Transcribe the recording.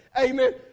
Amen